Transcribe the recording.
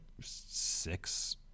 six